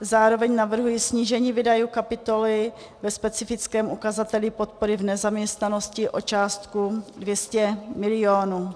Zároveň navrhuji snížení výdajů kapitoly ve specifickém ukazateli podpory v nezaměstnanosti o částku 200 milionů.